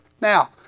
Now